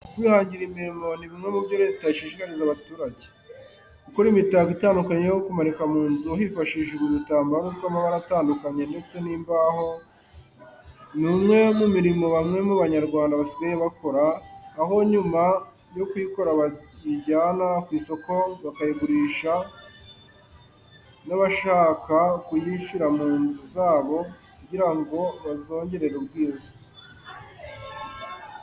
Kwihangira imirimo ni bimwe mu byo Leta ishishikariza abaturage. Gukora imitako itandukanye yo kumanika mu nzu hifashishijwe udutambaro tw'amabara atandukanye ndetse n'imbaho ni umwe mu mirimo bamwe mu banyarwanda basigaye bakora, aho nyuma yo kuyikora bayijyana ku isoko bakayigurisha n'abashaka kuyishyira mu nzu zabo kugira ngo bazongerere ubwiza.